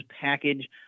package